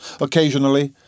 Occasionally